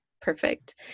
perfect